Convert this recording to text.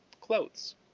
clothes